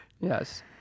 yes